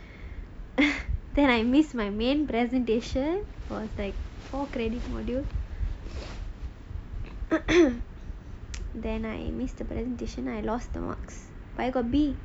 then I miss my main presentation it was like four credits module then I missed the presentation and I lost the marks but I got B